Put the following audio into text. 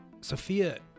Sophia